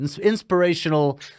inspirational